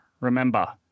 Remember